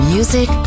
Music